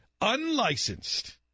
unlicensed